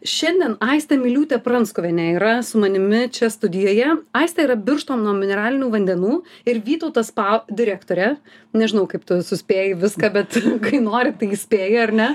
šiandien aistė miliūtė pranskuvienė yra su manimi čia studijoje aistė yra birštono mineralinių vandenų ir vytautas spa direktorė nežinau kaip tu suspėji viską bet kai nori tai įspėji ar ne